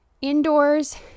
Indoors